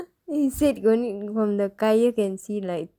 then he said going from the கயிறு:kayiru can see like